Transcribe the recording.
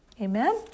Amen